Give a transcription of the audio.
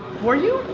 were you?